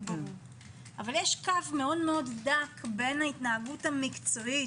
אבל יש קו מאוד דק בין ההתנהגות המקצועית